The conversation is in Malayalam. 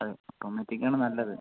അതെ ഓട്ടോമാറ്റിക് ആണ് നല്ലത്